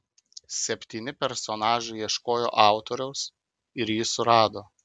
septyni personažai ieškojo autoriaus ir jį surado